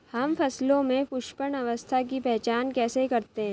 हम फसलों में पुष्पन अवस्था की पहचान कैसे करते हैं?